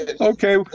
Okay